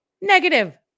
negative